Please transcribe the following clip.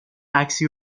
عکسی